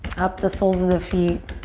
up the soles of the feet.